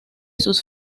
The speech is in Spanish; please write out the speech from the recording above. sus